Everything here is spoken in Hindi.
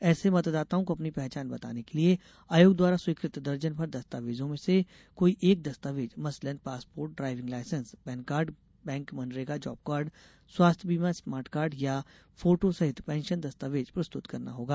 ऐसे मतदाताओं को अपनी पहचान बताने के लिए आयोग द्वारा स्वीकृत दर्जन भर दस्तावेजों में से कोई एक दस्तावेज मसलन passport driving licence PAN card bank मनरेगा जॉबकार्ड स्वास्थ्य बीमा स्मार्ट कार्ड या फोटो सहित पेंशन दस्तावेज प्रस्तुत करना होगा